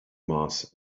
mars